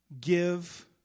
give